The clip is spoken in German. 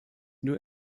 nur